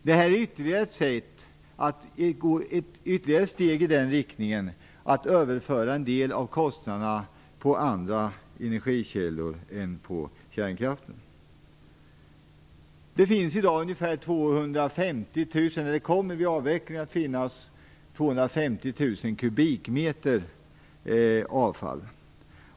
Det här är ett sätt att gå ytterligare ett steg i den riktningen, att överföra en del av kostnaderna på andra energikällor än på kärnkraften. Det kommer vid avvecklingen att finnas ungefär 250 000 kubikmeter avfall.